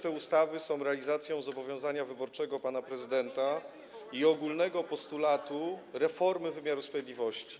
Te ustawy są realizacją zobowiązania wyborczego pana prezydenta i ogólnego postulatu reformy wymiaru sprawiedliwości.